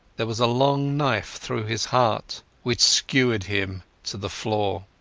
there was a long knife through his heart which skewered him to the floor.